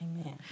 Amen